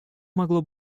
могло